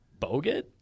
Bogut